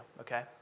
okay